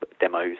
demos